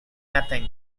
nothing